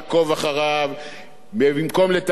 ובמקום לתקן את הגירעון פעם בשנה,